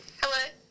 Hello